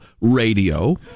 radio